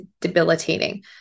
debilitating